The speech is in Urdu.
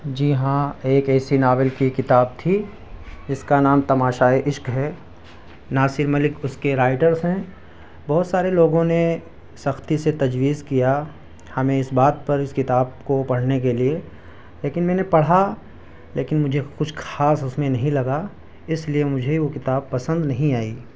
جی ہاں ایک ایسی ناول کی کتاب تھی جس کا نام تماشائے عشق ہے ناصر ملک اس کے رائٹرس ہیں بہت سارے لوگوں نے سختی سے تجویز کیا ہمیں اس بات پر اس کتاب کو پڑھنے کے لیے لیکن میں نے پڑھا لیکن مجھے کچھ خاص اس میں نہیں لگا اس لیے مجھے وہ کتاب پسند نہیں آئی